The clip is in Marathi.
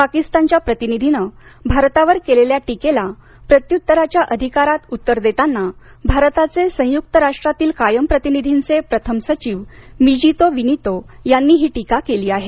पाकिस्तानच्या प्रतिनिधीने भारतावर केलेल्या टीकेला प्रत्युत्तराच्या अधिकारात उत्तर देताना भारताचे संयुक्त राष्ट्रातील कायम प्रतिनिधींचे प्रथम सचिव मिजीतो विनितो यांनी ही टीका केली आहे